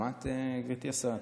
שמעת, גברתי השרה?